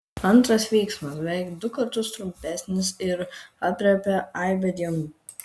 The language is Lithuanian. antras veiksmas beveik du kartus trumpesnis ir aprėpia aibę dienų